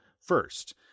first